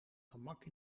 gemak